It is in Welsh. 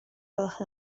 gwelwch